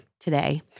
today